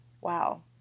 wow